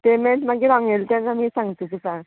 payment मागीर हांगा येतरीत सांगता तुका